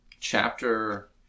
chapter